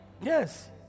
yes